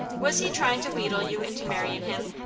was he tryin' to wheedle you into marryin' him?